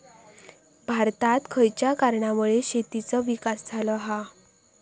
भारतात खयच्या कारणांमुळे शेतीचो विकास झालो हा?